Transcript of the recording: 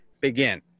begin